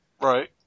Right